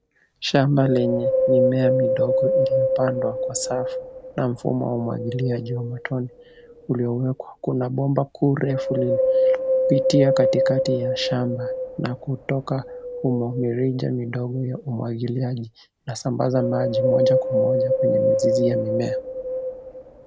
Shamba lenye mimea midogo iliyo pandwa kwa safu na mfumo wa umwagiliaji wa matone uliowekwa. Kuna bomba kuu refu lililopitia katikati ya shamba na kutoka humo mirija midogo ya umwagiliaji inasambaza maji moja kwa moja kwenye mizizi ya mimea.